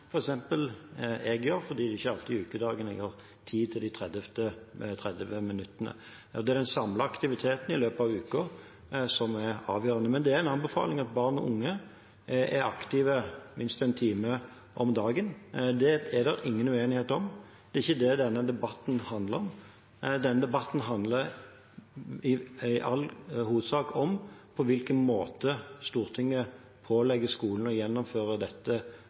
jeg gjør, fordi det er ikke alltid jeg har tid til de 30 minuttene i ukedagene. Det er den samlede aktiviteten i løpet av uken som er avgjørende. Men det er en anbefaling at barn og unge er aktive minst én time om dagen. Det er det ingen uenighet om, og det er ikke det denne debatten handler om. Denne debatten handler i all hovedsak om på hvilken måte Stortinget pålegger skolene å gjennomføre dette,